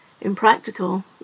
impractical